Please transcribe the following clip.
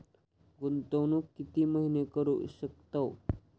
गुंतवणूक किती महिने करू शकतव?